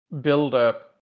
buildup